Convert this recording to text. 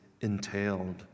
entailed